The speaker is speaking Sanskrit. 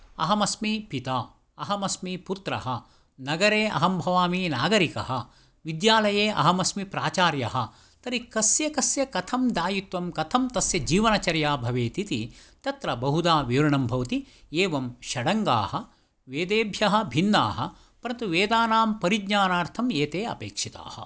अहमस्मि पिता अहम् अस्मि पुत्रः नगरे अहं भवामि नागरिकः विद्यालये अहमस्मि प्राचार्यः तर्हि कस्य कस्य कथं दायित्वं कथं तस्य जीवनचर्या भवेद् इति तत्र बहुधा विवरणं भवति एवं षडङ्गाः वेदेभ्यः भिन्नाः परन्तु वेदानां परिज्ञानार्थम् एते अपेक्षिताः